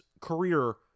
career